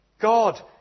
God